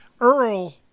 Earl